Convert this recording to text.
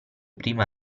prima